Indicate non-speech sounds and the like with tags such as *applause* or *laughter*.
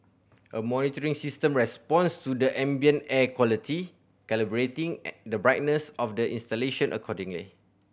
a monitoring system responds to the ambient air quality calibrating *unintelligible* the brightness of the installation accordingly